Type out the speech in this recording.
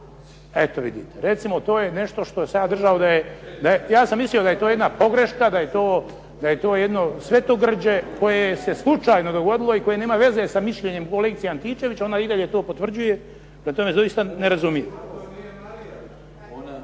Eto vidite, to je nešto što sam ja držao, ja sam mislio da je to jedna pogreška, da je to jedno svetogrđe koje se dogodilo koje nema veze sa mišljenjem kolegice Antičević, ona i dalje to potvrđuje da ja to doista ne razumijem.